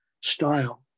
style